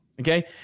okay